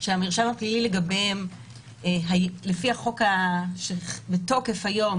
שהמרשם הפלילי לגביהם לפי החוק שבתוקף היום